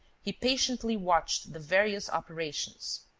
he patiently watched the various operations.